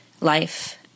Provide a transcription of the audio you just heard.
life